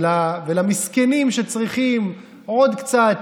ולמסכנים שצריכים עוד קצת,